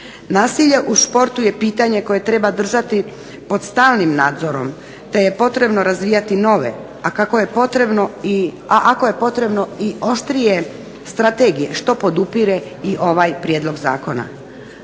Nasilje u športu je pitanje koje treba držati pod stalnim nadzorom, te je potrebno razvijati nove a ako je potrebno i oštrije strategije što podupire i ovaj prijedlog zakona.